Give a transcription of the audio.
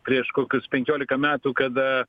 prieš kokius penkiolika metų kada